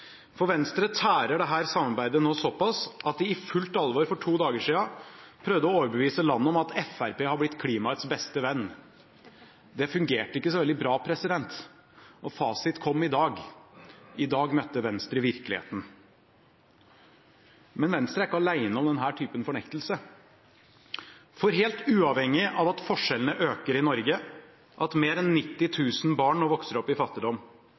Venstre tærer dette samarbeidet nå såpass at de for to dager siden i fullt alvor prøvde å overbevise landet om at Fremskrittspartiet har blitt klimaets beste venn. Det fungerte ikke så veldig bra. Fasit kom i dag – i dag møtte Venstre virkeligheten. Men Venstre er ikke alene om denne typen fornektelse. Helt uavhengig av at forskjellene i Norge øker, at flere enn 90 000 barn nå vokser opp i fattigdom,